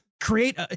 create